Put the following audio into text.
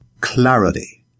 Clarity